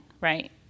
right